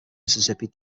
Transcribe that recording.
mississippi